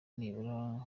nibura